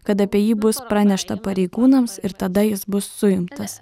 kad apie jį bus pranešta pareigūnams ir tada jis bus suimtas